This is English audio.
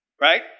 Right